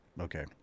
Okay